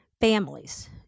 Families